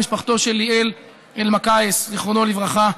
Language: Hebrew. משפחתו של ליאל אלמקייס זיכרונו לברכה,